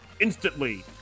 instantly